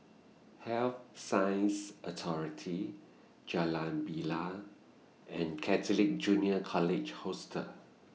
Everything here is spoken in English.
Health Sciences Authority Jalan Bilal and Catholic Junior College Hostel